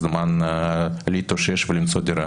זמן להתאושש ולמצוא דירה?